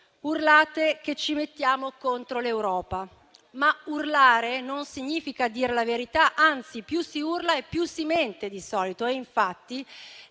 Urlate che ci mettiamo contro l'Europa, ma urlare non significa dire la verità; anzi, di solito, più si urla e più si mente. Infatti